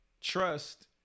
trust